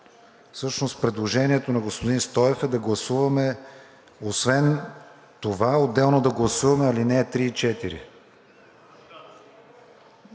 всъщност предложението на господин Стоев е да гласуваме освен това отделно алинеи 3 и 4.